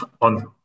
on